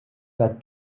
pas